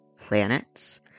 planets